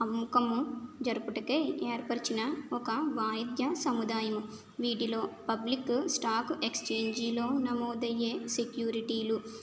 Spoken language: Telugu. అమ్మకము జరుపుటకై ఏర్పరచిన ఒక వాయిద్య సముదాయం వీటిలో పబ్లిక్ స్టాక్ ఎక్స్చేంజీలో నమోదయ్యే సెక్యూరిటీలు